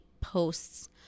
posts